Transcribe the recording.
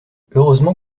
heureusement